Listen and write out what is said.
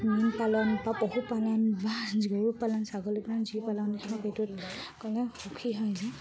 মীন পালন বা পশুপালন বা গৰু পালন ছাগলী পালন যি পালন সেইটো কাৰণে সুখী হৈ যায়